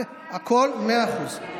הכול מאה אחוז,